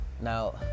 Now